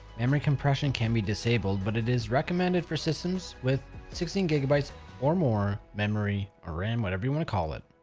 memory compression can be disabled, but it is recommended for systems with sixteen gb gb but or more, memory or ram, whatever you wanna call it.